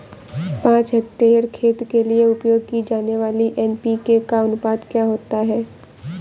पाँच हेक्टेयर खेत के लिए उपयोग की जाने वाली एन.पी.के का अनुपात क्या होता है?